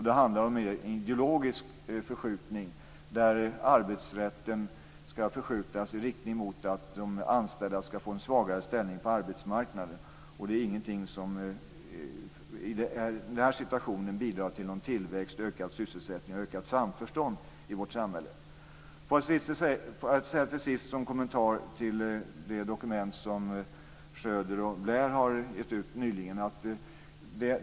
Det handlar om en ideologisk förskjutning där arbetsrätten skall förskjutas i riktning mot att de anställda skall få en svagare ställning på arbetsmarknaden. Det är inte någonting som i den här situationen bidrar till någon tillväxt, ökad sysselsättning och ökat samförstånd i vårt samhället. Låt mig till sist komma med en kommentar till det dokument som Schröder och Blair har gett ut nyligen.